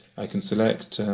i can select,